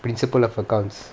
principle of accounts